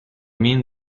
mean